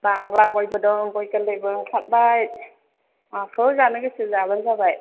बांग्ला गयबो दं गय गोरलैबो ओंखारबाय माखौ जानो गोसो जाब्लानो जाबाय